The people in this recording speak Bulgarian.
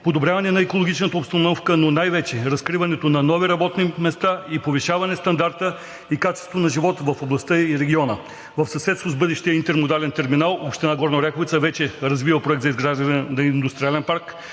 подобряване на екологичната обстановка, но най вече разкриването на нови работни места и повишаване стандарта и качеството на живот в областта и региона. В съседство с бъдещия интермодален терминал община Горна Оряховица вече развива проект за изграждане на индустриален парк,